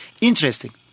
interesting